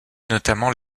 notamment